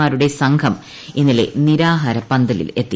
മാരുടെ സംഘം ഇന്നലെ നിരാഹാര പന്തലിൽ എത്തി